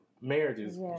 marriages